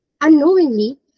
Unknowingly